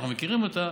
ואנחנו מכירים אותה,